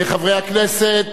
חברי הכנסת,